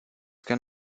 can